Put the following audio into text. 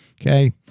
Okay